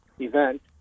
event